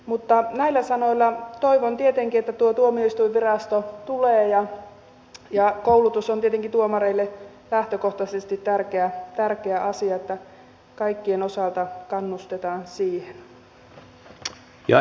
mutta näillä sanoilla toivon tietenkin että tuo tuomioistuinvirasto tulee ja koulutus on tietenkin tuomareille lähtökohtaisesti tärkeä asia että kaikkien osalta kannustetaan siihen